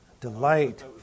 Delight